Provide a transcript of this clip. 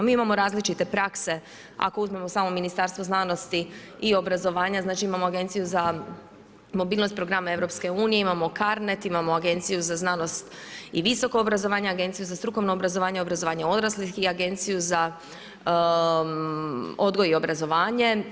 Mi imamo različite prakse ako uzmemo samo Ministarstvo znanosti i obrazovanja, znači imamo Agenciju za mobilnost i programe EU-a, imamo CARnet, imamo Agenciju za znanost i visoko obrazovanje, imamo Agenciju za strukovno obrazovanje, obrazovanje odraslih i Agenciju za odgoj i obrazovanje.